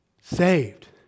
saved